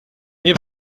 nie